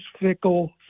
fickle